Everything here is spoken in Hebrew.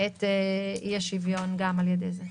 את אי-השוויון גם על ידי זה.